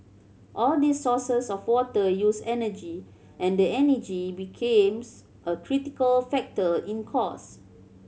all these sources of water use energy and energy becomes a critical factor in cost